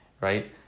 right